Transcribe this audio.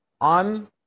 on